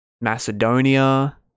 Macedonia